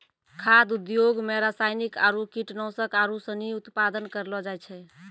खाद्य उद्योग मे रासायनिक आरु कीटनाशक आरू सनी उत्पादन करलो जाय छै